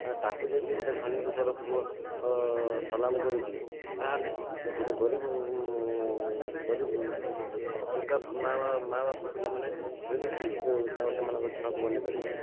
ତାକୁ ଯଦି ଗୋଟିଏ ଧନୀ ଲୋକର ପୁଅ ସଲାମ୍ କରୁଛି ତାହେଲେ ଗୋଟିଏ ଗରିବ ଗରି ଅଲଗା ମା' ମା' ବାପା ପିଲାମାନେ ସେମିତି କାହିଁକି ତାଙ୍କ ସେମାନଙ୍କ ଛୁଆଙ୍କୁ ବନେଇ ପାରିବେନି